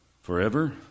forever